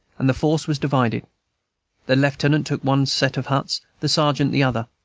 and the force was divided the lieutenant took one set of huts, the sergeant the other.